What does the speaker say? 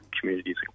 communities